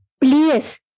please